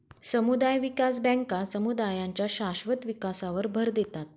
समुदाय विकास बँका समुदायांच्या शाश्वत विकासावर भर देतात